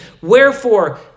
Wherefore